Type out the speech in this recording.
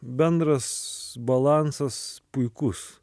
bendras balansas puikus